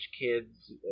kids